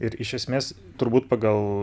ir iš esmės turbūt pagal